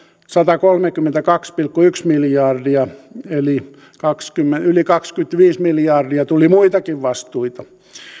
satakolmekymmentäkaksi pilkku yksi miljardia vuonna kaksituhattaviisitoista eli yli kaksikymmentäviisi miljardia tuli muitakin vastuita